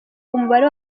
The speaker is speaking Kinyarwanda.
umubare